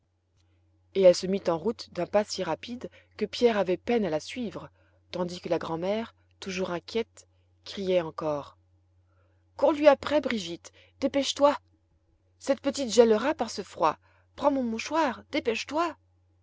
et elle se mit en route d'un pas si rapide que pierre avait peine à la suivre tandis que la grand'mère toujours inquiète criait encore cours lui après brigitte dépêche-toi cette petite gèlera par ce froid prends mon mouchoir dépêche-toi